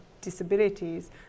disabilities